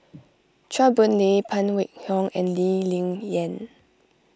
Chua Boon Lay Phan Wait Hong and Lee Ling Yen